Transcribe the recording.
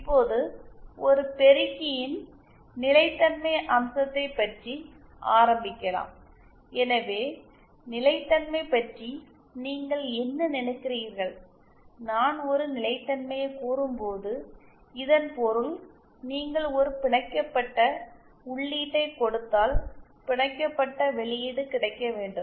இப்போது ஒரு பெருக்கியின் நிலைத்தன்மை அம்சத்தைப் பற்றி ஆரம்பிக்கலாம் எனவே நிலைத்தன்மை பற்றி நீங்கள் என்ன நினைக்கிறீர்கள் நான் ஒரு நிலைத்தன்மையைக் கூறும்போது இதன் பொருள் நீங்கள் ஒரு பிணைக்கப்பட்ட உள்ளீட்டைக் கொடுத்தால் பிணைக்கப்பட்ட வெளியீடு கிடைக்க வேண்டும்